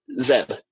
Zeb